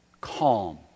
calm